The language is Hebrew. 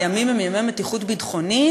הימים הם ימי מתיחות ביטחונית,